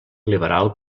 liberal